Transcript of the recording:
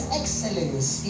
excellence